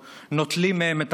מגמדים להם את השאיפות,